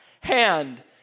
hand